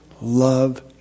love